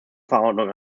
verordnung